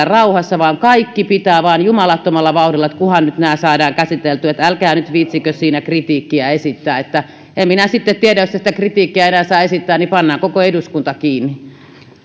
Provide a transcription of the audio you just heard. rauhassa vaan kaikki pitää tehdä vain jumalattomalla vauhdilla että kunhan nämä nyt saadaan käsiteltyä että älkää nyt viitsikö siinä kritiikkiä esittää en minä sitten tiedä jos sitä kritiikkiä ei saa enää esittää niin pannaan koko eduskunta kiinni